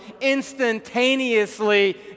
Instantaneously